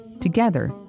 Together